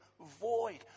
void